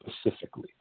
specifically